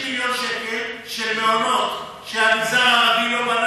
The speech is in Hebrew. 50 מיליון שקל של מעונות שהמגזר הערבי לא בנה.